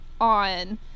on